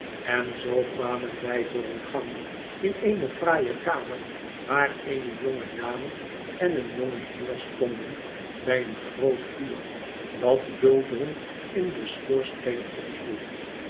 en zoo kwamen wij door een gang in eene fraaie kamer waar eene jonge dame en een jonge heer stonden bij een groot vuur dat bulderend in den schoorsteen opsloeg